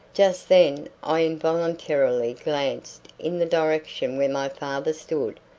just then i involuntarily glanced in the direction where my father stood,